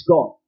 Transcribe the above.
God